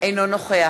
אינו נוכח